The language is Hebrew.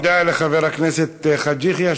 תודה לחבר הכנסת חאג' יחיא.